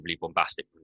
bombastic